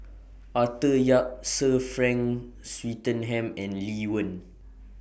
Arthur Yap Sir Frank Swettenham and Lee Wen